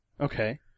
Okay